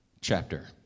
chapter